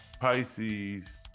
Pisces